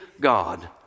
God